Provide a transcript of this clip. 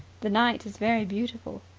the night is very beautiful.